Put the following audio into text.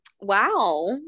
wow